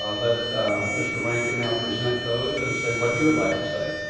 um let mr. rankin now present those and say what he would like to say.